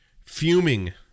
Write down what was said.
fuming